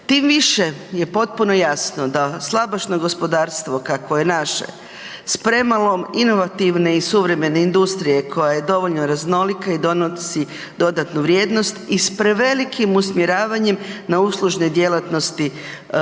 Tim više je potpuno jasno da slabašno gospodarstvo kakvo je naše s premalom inovativne i suvremene industrije koja je dovoljno raznolika i donosi dodatnu vrijednost i s prevelikim usmjeravanjem na uslužne djelatnosti poput